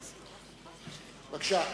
בבקשה.